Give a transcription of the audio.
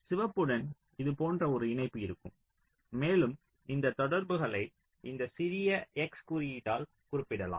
சிவப்புடன் இது போன்ற ஒரு இணைப்பு இருக்கும் மேலும் இந்த தொடர்புகளை இந்த சிறிய x குறியீடுகளால் குறிப்பிடலாம்